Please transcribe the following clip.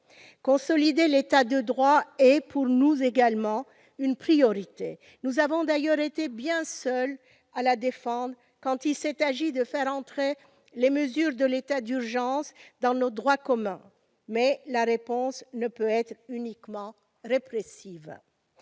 Consolider l'état de droit est, pour nous aussi, une priorité-nous avons d'ailleurs été bien seuls à le défendre lorsqu'il s'est agi de faire entrer les mesures de l'état d'urgence dans notre droit commun -, mais la réponse ne peut être uniquement répressive.